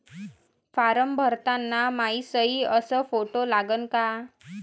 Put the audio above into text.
Form भरताना मायी सयी अस फोटो लागन का?